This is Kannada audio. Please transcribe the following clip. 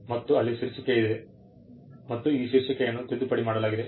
ಮತ್ತು ಅಲ್ಲಿ ಶೀರ್ಷಿಕೆ ಇದೆ ಮತ್ತು ಈ ಶೀರ್ಷಿಕೆಯನ್ನು ತಿದ್ದುಪಡಿ ಮಾಡಲಾಗಿದೆ